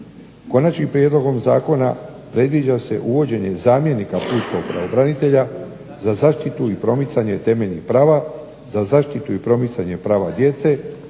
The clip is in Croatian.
Konačnim prijedlogom zakona predviđa se uvođenje zamjenika pučkog pravobranitelja za zaštitu i promicanje temeljnih prava, za zaštitu i promicanje prava djece,